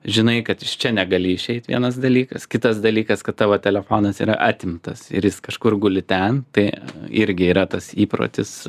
žinai kad iš čia negali išeiti vienas dalykas kitas dalykas kad tavo telefonas yra atimtas ir jis kažkur guli ten tai irgi yra tas įprotis